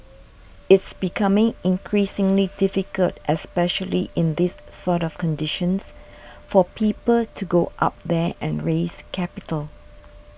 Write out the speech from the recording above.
it's becoming increasingly difficult especially in these sort of conditions for people to go up there and raise capital